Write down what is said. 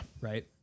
Right